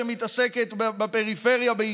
שמתעסקת בעיקר בפריפריה.